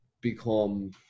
become